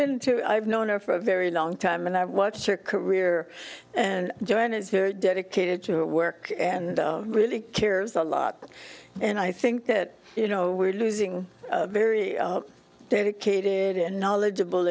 been i've known her for a very long time and i watched her career and join as her dedicated to her work and really cares a lot and i think that you know we're losing a very dedicated and knowledgeable